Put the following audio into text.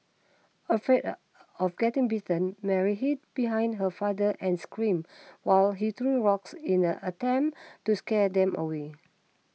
afraid of getting bitten Mary hid behind her father and screamed while he threw rocks in an attempt to scare them away